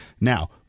now